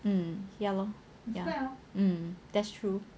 um ya lor ya that's true